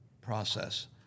process